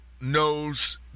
knows